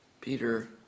Peter